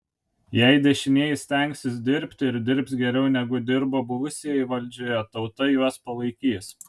jei dešinieji stengsis dirbti ir dirbs geriau negu dirbo buvusieji valdžioje tauta juos palaikys